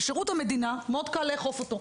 בשירות המדינה מאוד קל לאכוף אותו,